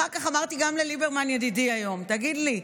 אמרתי גם לליברמן ידידי היום: תגיד לי,